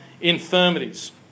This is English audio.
infirmities